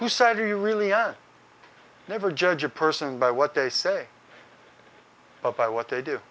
who said you really are never judge a person by what they say but by what they do